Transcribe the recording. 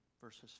Verses